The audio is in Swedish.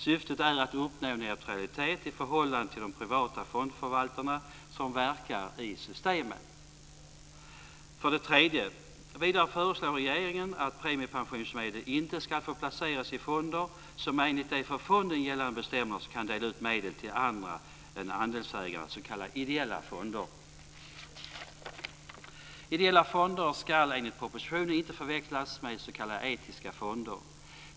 Syftet är att uppnå neutralitet i förhållande till de privata fondförvaltare som verkar i systemet. För det tredje föreslår regeringen att premiepensionsmedel inte ska få placeras i fonder som enligt de för fonden gällande bestämmelserna kan dela ut medel till andra än andelsägarna, s.k. ideella fonder. Ideella fonder ska enligt propositionen inte förväxlas med s.k. etiska fonder.